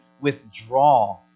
withdraw